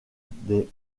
des